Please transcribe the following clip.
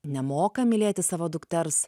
nemoka mylėti savo dukters